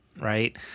right